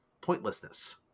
pointlessness